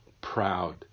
proud